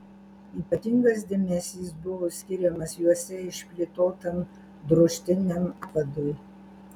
ypatingas dėmesys buvo skiriamas juose išplėtotam drožtiniam apvadui